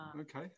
okay